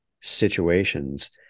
situations